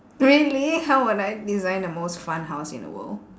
really how would I design the most fun house in the world